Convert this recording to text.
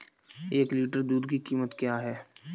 एक लीटर दूध की कीमत क्या है?